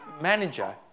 manager